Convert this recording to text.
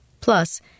Plus